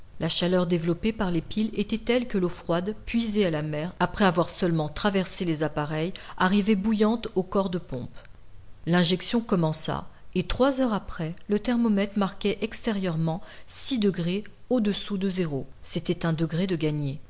la chaleur développée par les piles était telle que l'eau froide puisée à la mer après avoir seulement traversé les appareils arrivait bouillante aux corps de pompe l'injection commença et trois heures après le thermomètre marquait extérieurement six degrés au-dessous de zéro c'était un degré de gagné